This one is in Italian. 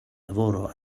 lavoro